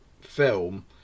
film